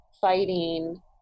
fighting